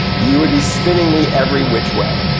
you would be spinning me every which way.